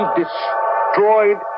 destroyed